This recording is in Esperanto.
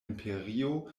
imperio